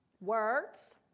words